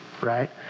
Right